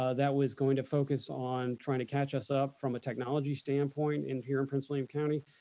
ah that was going to focus on trying to catch us up from a technology standpoint in here in prince william county.